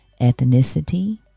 ethnicity